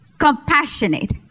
compassionate